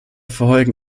verheugen